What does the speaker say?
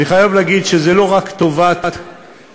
אני חייב להגיד שזה לא רק טובת העובד,